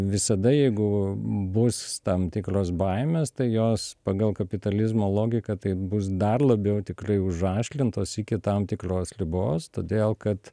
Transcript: visada jeigu bus tam tikros baimės tai jos pagal kapitalizmo logiką tai bus dar labiau tikrai užaštlintos iki tam tikros ribos todėl kad